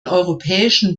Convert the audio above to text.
europäischen